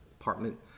apartment